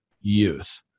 youth